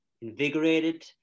invigorated